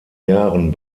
jahren